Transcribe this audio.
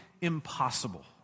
impossible